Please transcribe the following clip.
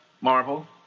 Marvel